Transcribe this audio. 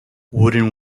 wooden